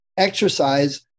exercise